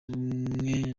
ubumwe